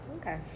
okay